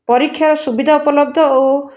ପରୀକ୍ଷାର ସୁବିଧା ଉପଲବ୍ଧ ଓ